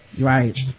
Right